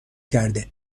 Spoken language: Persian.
کرده